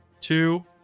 two